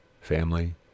family